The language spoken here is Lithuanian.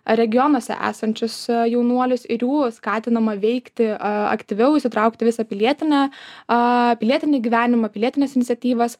regionuose esančiuos jaunuolius ir jų skatinama veikti aktyviau įsitraukti visą pilietinę a pilietinį gyvenimą pilietines iniciatyvas